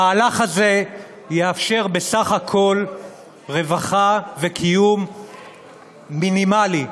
המהלך הזה יאפשר בסך הכול רווחה וקיום מינימליים,